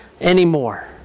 anymore